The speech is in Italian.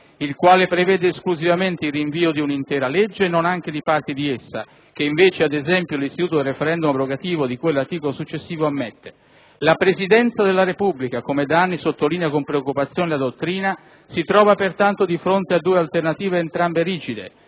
il quale prevede esclusivamente il rinvio di un'intera legge e non anche di parti di essa, che invece, ad esempio, l'istituto del *referendum* abrogativo, di cui all'articolo successivo, ammette. La Presidenza della Repubblica, come da anni sottolinea con preoccupazione la dottrina, si trova pertanto di fronte a due alternative, entrambe rigide: